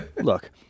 Look